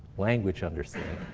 language understanding.